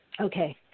okay